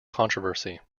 controversy